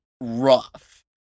rough